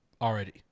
already